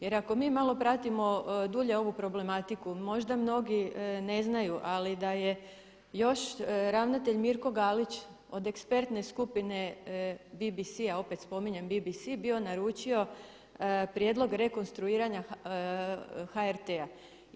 Jer ako mi malo pratimo dulje ovu problematiku možda mnogi ne znaju ali da je još ravnatelj Mirko Galić od ekspertne skupine BBC-a opet spominjem BBC, bio naručio prijedlog rekonstruiranja HRT-a.